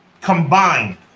combined